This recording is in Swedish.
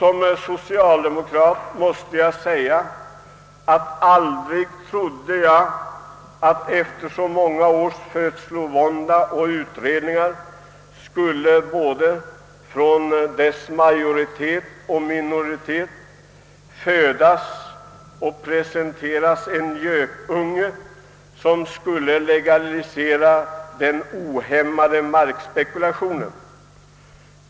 Jag måste säga, att som socialdemokrat hade jag aldrig kunnat tro att såväl utredningens majoritet som dess minoritet efter så många års födslovåndor skulle presentera en gökunge, ett förslag som legaliserar den ohämmade markspekulationen.